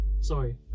Sorry